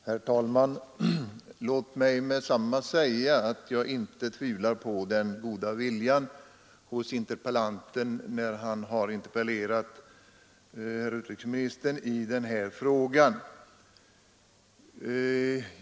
Herr talman! Låt mig med detsamma förklara att jag inte tvivlar på den goda viljan hos herr Carlsson i Vikmanshyttan när han har interpellerat utrikesministern i den här frågan.